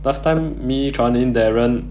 last time me chuan yin darren